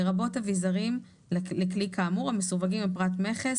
לרבות אביזרים לכלי כאמור המסווגים בפרט מכס